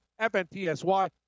FNTSY